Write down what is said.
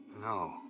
No